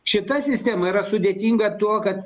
šita sistema yra sudėtinga tuo kad